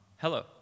Hello